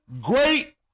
Great